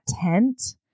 tent